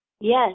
Yes